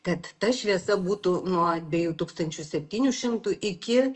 kad ta šviesa būtų nuo dviejų tūkstančių septynių šimtų iki